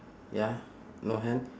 ya no hand